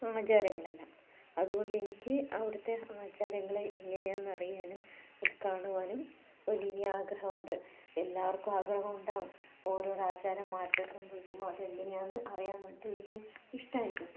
ആചാരങ്ങളെല്ലാം അതുകൊണ്ട് എനിക്ക് അവിടുത്തെ ആചാരങ്ങൾ എങ്ങനെ ആന്ന് അറിയാനും അത് കാണുവാനും വലിയ ആഗ്രഹം ഉണ്ട് എല്ലാവർക്കും ആഗ്രഹമുണ്ടാകും ഓരോരോ ആചാര മാറ്റം സംഭവിക്കുമ്പോൾ അത് എങ്ങനെയാന്ന് അറിയാൻ വേണ്ടിട്ട് വലിയ ഇഷ്ടം ആയിരിക്കും